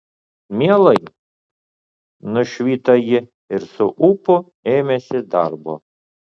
mielai nušvito ji ir su ūpu ėmėsi darbo